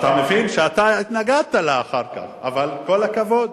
אתה מבין שאתה התנגדת לה אחר כך, אבל, כל הכבוד.